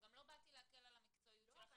וגם לא באתי להקל על המקצועיות שלכן.